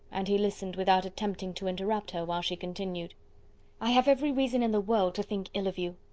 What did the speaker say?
and he listened without attempting to interrupt her while she continued i have every reason in the world to think ill of you.